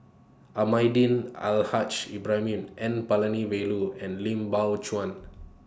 Almahdi Al Haj Ibrahim N Palanivelu and Lim Biow Chuan